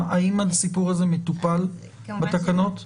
האם הסיפור הזה מטופל בתקנות?